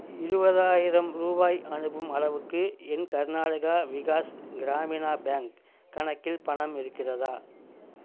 இருபதாயிரம் ரூபாய் அனுப்பும் அளவுக்கு என் கர்நாடகா விகாஸ் கிராமினா பேங்க் கணக்கில் பணம் இருக்கிறதா